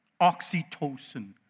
oxytocin